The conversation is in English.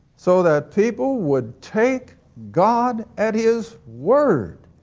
so that people would take god at his word.